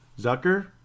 Zucker